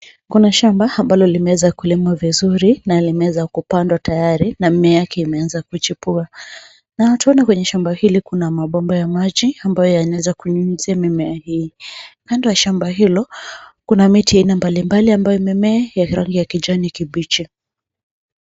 Kuna shamba ambalo limewezwa kulimwa vizuri na limeweza kupandwa tayari, na mimea yake imeanza kuchipua. Na tunaona kwenye shamba hili kuna mabomba ya maji ambayo yanaweza kunyunyuzia mimea hii. Kando ya shamba hilo kuna miti ya aina mbalimbali ambayo imemea ya rangi ya kijani kibichi.